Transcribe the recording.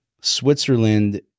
Switzerland